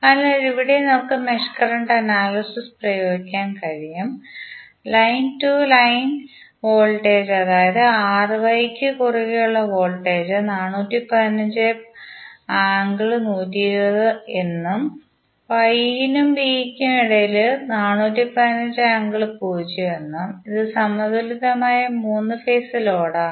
അതിനാൽ ഇവിടെയും നമുക്ക് മെഷ് കറന്റ് അനാലിസിസ് പ്രയോഗിക്കാൻ കഴിയും ലൈൻ ടു ലൈൻ വോൾട്ടേജ് അതായത് R Y കു കുറുകെ ഉള്ള വോൾട്ടേജ് 415∠120 എന്നും Y നും B നും ഇടയിൽ 415∠0 എന്നും ഇത് സമതുലിതമായ 3 ഫേസ് ലോഡാണ്